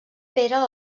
pere